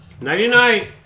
Nighty-night